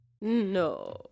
no